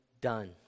done